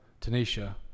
Tanisha